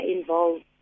involved